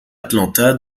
atlanta